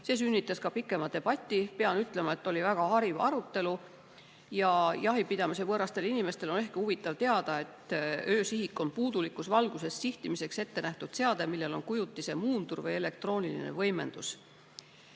– sünnitas pikema debati. Pean ütlema, et oli väga hariv arutelu. Jahipidamisvõõral inimesel on ehk huvitav teada, et öösihik on puudulikus valguses sihtimiseks ette nähtud seade, millel on kujutise muundur või elektrooniline võimendus.